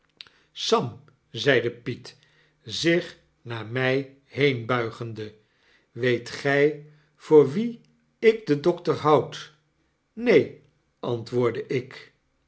sam zeide piet zich naar my heenbuigende weet gy voor wien ik den dokter houd neen antwoordde ik